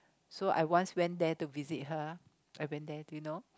so I once went there to visit her I've been there too you know